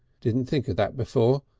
didn't think of that before,